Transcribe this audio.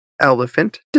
elephant